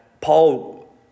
Paul